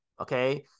okay